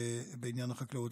בעניין החקלאות.